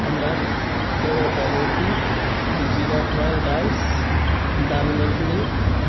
हमरा तेरह टा रोटी जीरा फ्राई राइस दाल मखनी